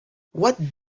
what